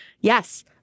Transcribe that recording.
Yes